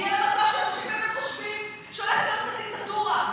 זה הגיע למצב שאנשים באמת חושבים שהולכת להיות פה דיקטטורה,